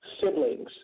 siblings